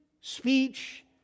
speech